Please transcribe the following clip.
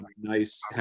nice